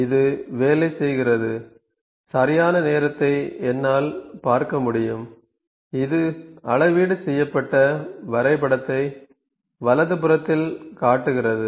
இது வேலை செய்கிறது சரியான நேரத்தை என்னால் பார்க்க முடியும் இது அளவீடு செய்யப்பட்ட வரைபடத்தை வலது புறத்தில் காட்டுகிறது